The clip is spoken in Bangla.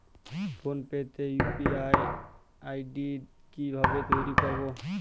ফোন পে তে ইউ.পি.আই আই.ডি কি ভাবে তৈরি করবো?